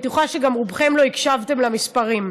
ואני בטוחה שרובכם לא הקשבתם למספרים.